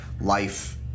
life